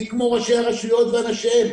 מי כמו ראשי הרשויות ואנשיהם?